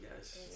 yes